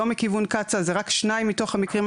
אנו מניחים שקצאא לא מעוניינת שיהיו אירועי ריח.